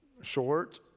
short